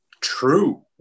true